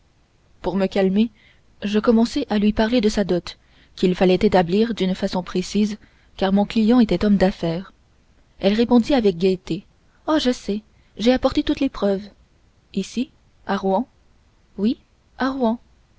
pour me calmer je recommençai à lui parler de sa dot qu'il faudrait établir d'une façon précise car mon client était homme d'affaires elle répondit avec gaieté oh je sais j'ai apporté toutes les preuves ici à rouen oui à rouen